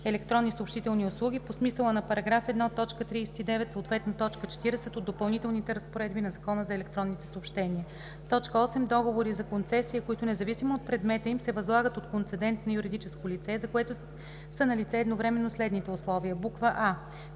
електронни съобщителни услуги по смисъла на § 1, т. 39, съответно т. 40 от допълнителните разпоредби на Закона за електронните съобщения. 8. Договори за концесия, които, независимо от предмета им, се възлагат от концедент на юридическо лице, за което са налице едновременно следните условия: а)